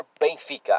Benfica